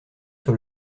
sur